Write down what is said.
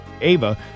ava